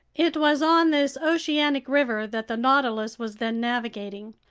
it was on this oceanic river that the nautilus was then navigating.